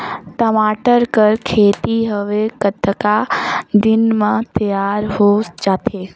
टमाटर कर खेती हवे कतका दिन म तियार हो जाथे?